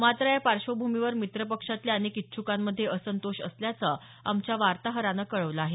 मात्र या पार्श्वभूमीवर मित्र पक्षांतल्या अनेक इच्छुकांमध्ये असंतोष असल्याचं आमच्या वार्ताहरानं कळवलं आहे